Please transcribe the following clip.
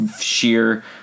sheer